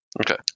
Okay